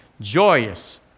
joyous